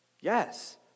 Yes